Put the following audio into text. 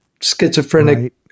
schizophrenic